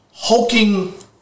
hulking